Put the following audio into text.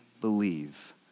believe